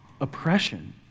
oppression